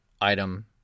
item